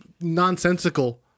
nonsensical